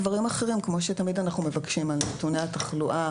דברים אחרים כמו שתמיד אנחנו מבקשים על נתוני התחלואה,